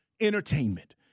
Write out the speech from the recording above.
entertainment